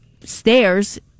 stairs